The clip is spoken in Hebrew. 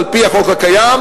על-פי החוק הקיים,